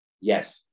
yes